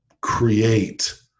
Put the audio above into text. create